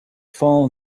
fall